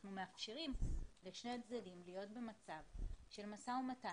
אנחנו מאפשרים לשני הצדדים להיות במצב של משא ומתן.